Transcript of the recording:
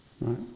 right